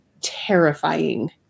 terrifying